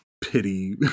pity